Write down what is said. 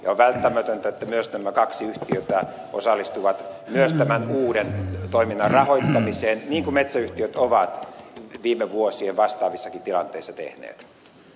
on välttämätöntä että myös nämä kaksi yhtiötä osallistuvat myös tämän uuden toiminnan rahoittamiseen niin kuin metsäyhtiöt ovat viime vuosien vastaavissakin tilanteissa tehneet